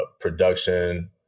production